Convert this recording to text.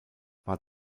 war